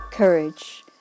Courage